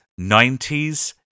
90s